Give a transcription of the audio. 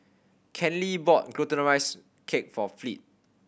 Kenley bought Glutinous Rice Cake for Fleet